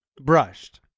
brushed